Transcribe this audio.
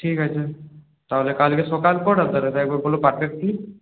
ঠিক আছে তাহলে কালকে সকাল কটা তাহলে তা একবার বলো পারফেক্টলি